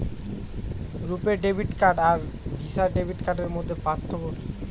রূপে debit card আর Visa debit কার্ডের মধ্যে পার্থক্য কি?